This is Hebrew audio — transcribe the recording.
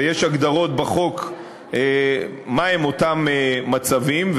ויש הגדרות בחוק מה הם אותם מצבים,